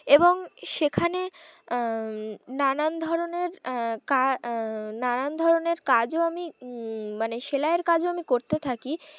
এবং সেখানে নানান ধরনের নানান ধরনের কাজও আমি মানে সেলাইয়ের কাজও আমি করতে থাকি